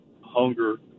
hunger